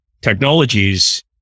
technologies